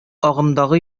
агымдагы